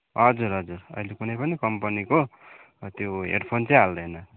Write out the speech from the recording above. हजुर हजुर अहिले कुनै पनि कम्पनीको त्यो हेडफोन चाहिँ हाल्दैन